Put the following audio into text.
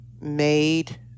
made